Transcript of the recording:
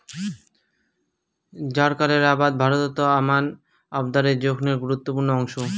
জ্বারকালের আবাদ ভারতত আমান আবাদের জোখনের গুরুত্বপূর্ণ অংশ